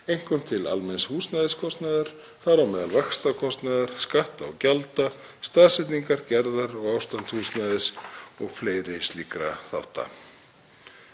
einkum til almenns húsnæðiskostnaðar, þar á meðal vaxtakostnaðar, skatta og gjalda, staðsetningar, gerðar og ástands húsnæðis og fleiri slíkra þátta.